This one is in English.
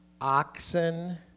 oxen